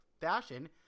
fashion